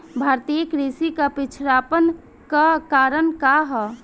भारतीय कृषि क पिछड़ापन क कारण का ह?